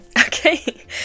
Okay